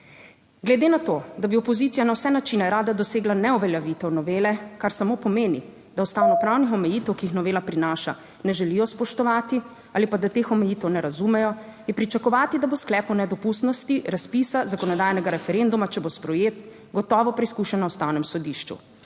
Glede na to, da bi opozicija na vse načine rada dosegla neuveljavitev novele, kar samo pomeni, da ustavnopravnih omejitev, ki jih novela prinaša, ne želijo spoštovati ali pa da teh omejitev ne razumejo, je pričakovati, da bo sklep o nedopustnosti razpisa zakonodajnega referenduma, če bo sprejet, gotovo preizkušen na Ustavnem sodišču.